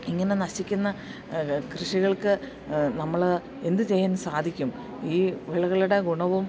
ഇങ്ങനെ നശിക്കുന്ന കൃഷികൾക്ക് നമ്മള് എന്ത് ചെയ്യാൻ സാധിക്കും ഈ വിളകളുടെ ഗുണവും